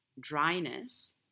dryness